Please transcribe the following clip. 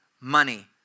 money